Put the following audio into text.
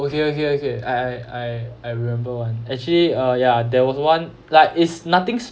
okay okay okay I I I remember one actually uh ya there was one like it's nothing